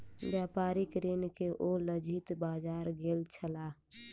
व्यापारिक ऋण के ओ लक्षित बाजार गेल छलाह